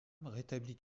rétablit